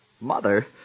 Mother